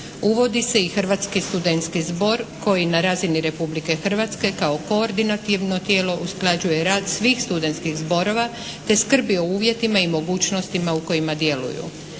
Uvodi se i Hrvatski studentski zbor koji na razini Republike Hrvatske kao koordinativno tijelo usklađuje rad svih studentskih zborova, te skrbi o uvjetima i mogućnostima u kojima djeluju.